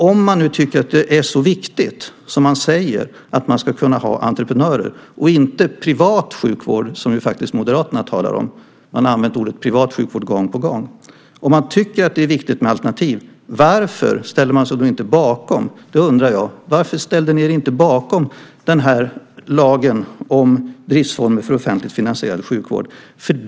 Om ni tycker att det är så viktigt som ni säger att man ska kunna ha entreprenörer och inte privat sjukvård, som Moderaterna talar om - Moderaterna har använt ordet privat sjukvård gång på gång - varför ställde ni er inte bakom lagen om driftsformer för offentligt finansierad sjukvård?